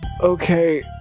Okay